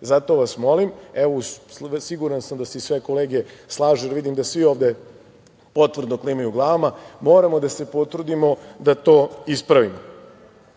Zato vas molim, evo siguran sam da se i sve kolege slažu, jer vidim da svi ovde potvrdno glavama, moramo da se potrudimo da to ispravimo. Kada